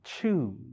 choose